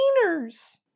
cleaners